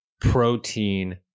protein